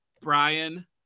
Brian